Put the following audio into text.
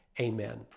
amen